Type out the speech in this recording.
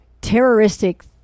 terroristic